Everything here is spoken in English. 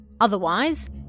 otherwise